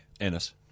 Ennis